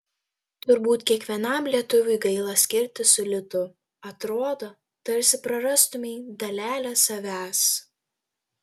turbūt kiekvienam lietuviui gaila skirtis su litu atrodo tarsi prarastumei dalelę savęs